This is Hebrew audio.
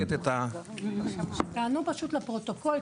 תענו לפרוטוקול,